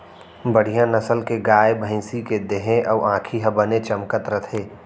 बड़िहा नसल के गाय, भँइसी के देहे अउ आँखी ह बने चमकत रथे